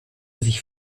sich